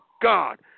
God